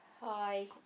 Hi